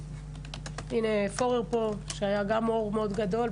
הנה פורר פה שהיה גם אור מאוד גדול,